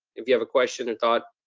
if you have a question and thought?